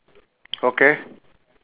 okay